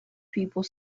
people